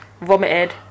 Vomited